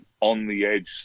on-the-edge